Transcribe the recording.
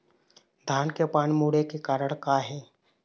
धान के पान मुड़े के कारण का हे?